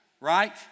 right